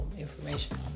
information